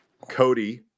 Cody